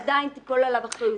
עדיין תיפול עליו אחריות.